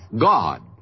God